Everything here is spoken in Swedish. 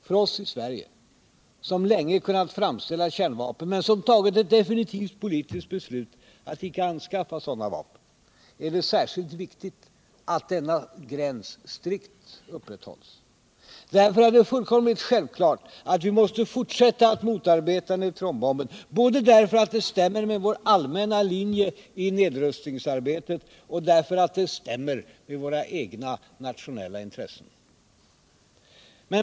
För oss i Sverige — som länge kunnat framställa kärnvapen men som tagit ett definitivt politiskt beslut att icke anskaffa sådana vapen — är det särskilt viktigt att denna gräns strikt upprätthålls. Därför är det fullkomligt självklart att vi måste fortsätta att motarbeta neutronbomben — både därför att det stämmer med vår allmänna linje i nedrustningsarbetet och därför att det stämmer med våra egna nationella intressen.